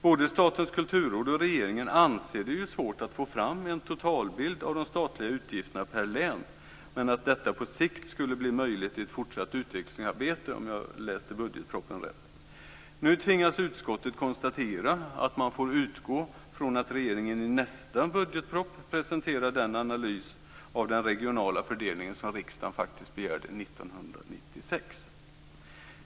Både Statens kulturråd och regeringen anser att det är svårt att få fram en totalbild av de statliga utgifterna per län men att detta på sikt skulle bli möjligt i ett fortsatt utvecklingsarbete, om jag har läst budgetpropositionen rätt. Nu tvingas utskottet konstatera att man får utgå från att regeringen i nästa budgetproposition presenterar den analys av den regionala fördelningen som riksdagen faktiskt begärde 1996.